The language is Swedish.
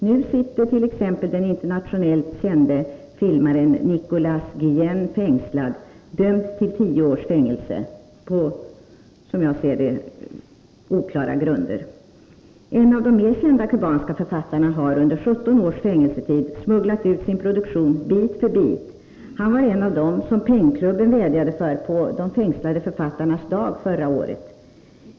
Nu sitter t.ex. den internationellt kände filmaren Nicolas Guillen fängslad, dömd till 10 års fängelse på, som jag ser det, oklara grunder. En av de mer kända kubanska författarna har under 17 års fängelsevistelse smugglat ut sin produktion bit för bit. Han var en av dem som Pennklubben vädjade för på ”Fängslade författares dag” förra året.